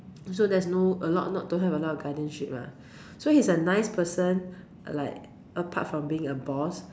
also there's no a lot not to have a lot of guidance-ship lah so he's a nice person like apart from being a boss